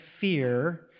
fear